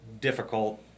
difficult